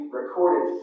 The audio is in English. recorded